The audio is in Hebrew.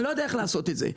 אני לא יודע איך לעשות את זה.